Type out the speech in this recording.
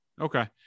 Okay